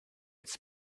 its